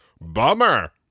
Bummer